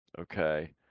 Okay